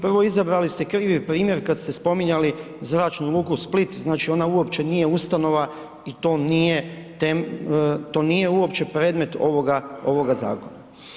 Prvo, izabrali ste krivi primjer kad ste spominjali Zračnu luku Split, znači ona uopće nije ustanova i to nije uopće predmet ovoga zakona.